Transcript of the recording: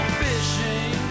fishing